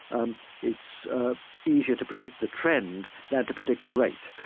um it's ah easier to predict the trend than to predict the rates.